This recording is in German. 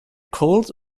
colt